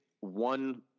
one